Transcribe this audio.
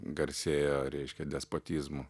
garsėjo reiškia despotizmu